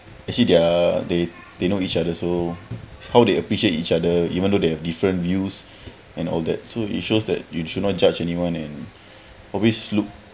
actually they're they they know each other so how they appreciate each other even though they have different views and all that so it shows that you should not judge anyone and always look